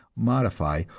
modify,